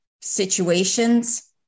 situations